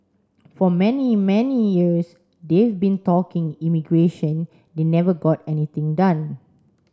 for many many years they've been talking immigration they never got anything done